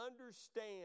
understand